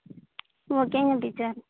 ஓகேங்க டீச்சர்